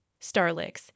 starlix